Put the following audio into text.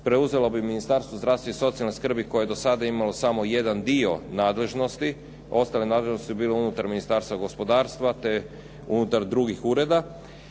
preuzelo Ministarstvo zdravstva i socijalne skrbi koje je do sada imalo samo jedan dio nadležnosti. Ostale nadležnosti su bile unutar Ministarstva gospodarstva, te unutar drugih ureda,